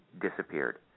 Disappeared